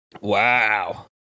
Wow